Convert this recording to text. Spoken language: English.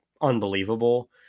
unbelievable